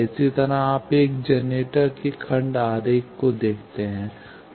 इसी तरह आप एक जनरेटर के खंड आरेख को देखते हैं